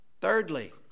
Thirdly